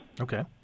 Okay